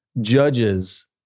judges